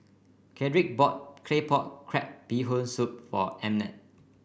Cedrick bought Claypot Crab Bee Hoon Soup for Emmett